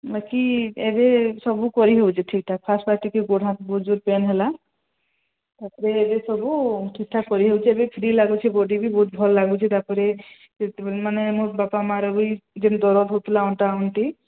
ବାକି ଏବେ ସବୁ କରିହେଉଛି ଠିକ୍ ଠାକ୍ ଫାଷ୍ଟ ଫାଷ୍ଟ ଟିକେ ଗୋଡ଼ ବହୁତ ଜୋର ପେନ୍ ହେଲା ତାପରେ ଏବେ ସବୁ ଠିକ୍ ଠାକ୍ କରିହେଉଛି ଏବେ ଫ୍ରି ଲାଗୁଛିି ବଡି ବି ବହୁତ ଭଲ ଲାଗୁଛି ତାପରେ ମାନେ ମୋ ବାପା ମାର ବି ଯେମିତି ଦରଦ ହେଉଥିଲା ଅଣ୍ଟା ଅଣ୍ଟି